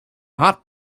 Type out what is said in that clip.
hot